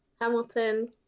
hamilton